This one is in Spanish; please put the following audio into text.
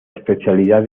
especialidad